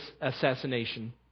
assassination